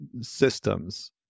systems